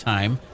Time